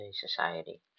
society